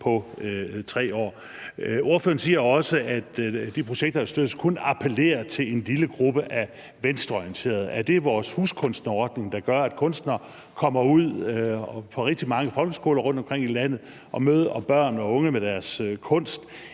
på 3 år. Ordføreren siger også, at de projekter, der støttes, kun appellerer til en lille gruppe af venstreorienterede. Er det vores huskunstnerordning, der gør, at kunstnere kommer ud på rigtig mange folkeskoler rundtomkring i landet og møder børn og unge med deres kunst?